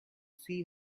see